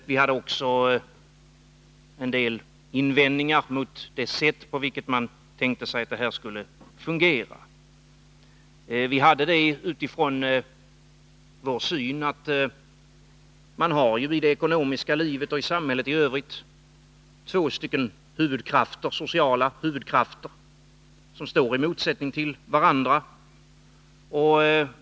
Vi hade också en del invändningar mot det sätt på vilket man tänkte sig att det här skulle fungera. Vi hade det utifrån vår syn att man ju i det ekonomiska livet och samhället i övrigt har två sociala huvudkrafter, som står i motsättning till varandra.